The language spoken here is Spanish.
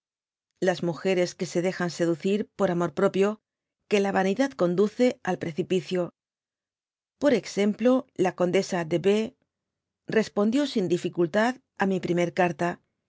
las múgeres que se dejan seducir por amor propio que la vanidad conduce al precipicio por exemplo la condesa de b respondió sin dificultad á mi primer carta